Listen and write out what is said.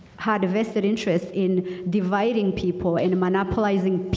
had a vested interest in dividing people and monopolizing